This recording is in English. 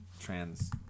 trans